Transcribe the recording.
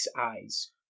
eyes